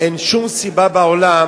אין שום סיבה בעולם